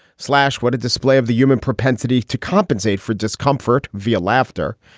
slash. what a display of the human propensity to compensate for discomfort via laughter.